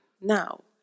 now